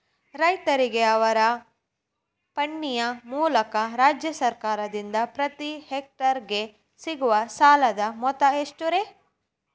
ರೈತರಿಗೆ ಅವರ ಪಾಣಿಯ ಮೂಲಕ ರಾಜ್ಯ ಸರ್ಕಾರದಿಂದ ಪ್ರತಿ ಹೆಕ್ಟರ್ ಗೆ ಸಿಗುವ ಸಾಲದ ಮೊತ್ತ ಎಷ್ಟು ರೇ?